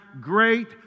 great